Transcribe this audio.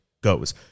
goes